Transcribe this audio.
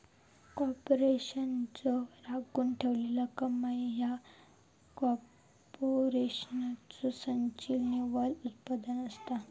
कॉर्पोरेशनचो राखून ठेवलेला कमाई ह्या कॉर्पोरेशनचो संचित निव्वळ उत्पन्न असता